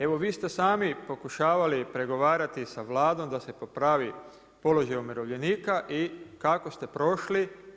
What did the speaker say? Evo vi ste sami pokušavali pregovarati da Vladom da se popravi položaj umirovljenika i kako ste prošli?